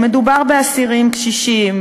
מדובר באסירים קשישים,